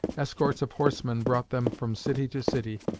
escorts of horsemen brought them from city to city,